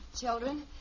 children